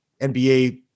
NBA